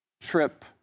trip